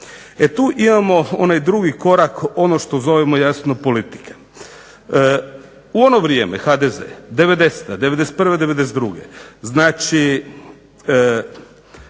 E tu imamo onaj drugi korak ono što zovemo jasno politika. U ono vrijeme HDZ, devedeseta,